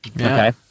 okay